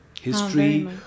history